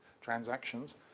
transactions